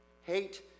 Hate